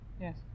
Yes